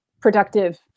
productive